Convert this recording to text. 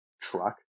truck